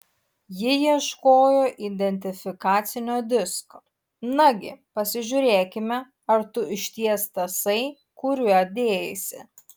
ji ieškojo identifikacinio disko nagi pasižiūrėkime ar tu išties tasai kuriuo dėjaisi